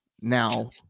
Now